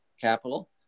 capital